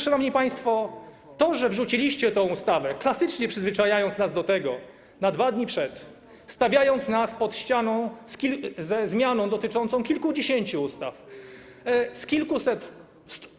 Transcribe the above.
Szanowni państwo, ponieważ wrzuciliście tę ustawę, klasycznie przyzwyczajając nas do tego, na 2 dni przed, stawiając nas pod ścianą, ze zmianą dotyczącą kilkudziesięciu ustaw, ze